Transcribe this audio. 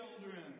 children